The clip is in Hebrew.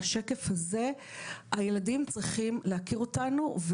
לשקף הזה - הילדים צריכים להכיר אותנו,